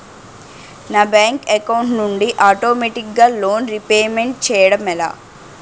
నా bank account నుండి ఆటోమేటిగ్గా లోన్ రీపేమెంట్ చేయడం ఎలా?